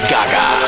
Gaga